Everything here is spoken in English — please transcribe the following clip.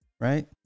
Right